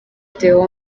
deo